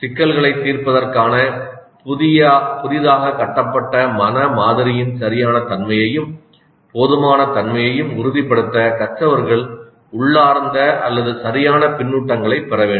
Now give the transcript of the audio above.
சிக்கல்களைத் தீர்ப்பதற்காக புதிதாக கட்டப்பட்ட மன மாதிரியின் சரியான தன்மையையும் போதுமான தன்மையையும் உறுதிப்படுத்த கற்றவர்கள் உள்ளார்ந்த அல்லது சரியானபின்னூட்டங்களைப் பெற வேண்டும்